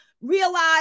realize